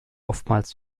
oftmals